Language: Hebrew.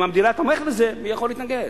אם המדינה תומכת בזה, הוא יכול להתנגד.